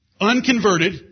unconverted